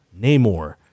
Namor